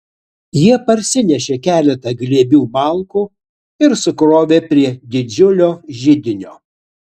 jie parsinešė keletą glėbių malkų ir sukrovė prie didžiulio židinio